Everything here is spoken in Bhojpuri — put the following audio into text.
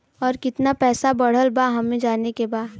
और कितना पैसा बढ़ल बा हमे जाने के बा?